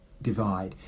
Divide